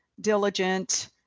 diligent